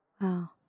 Wow